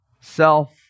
self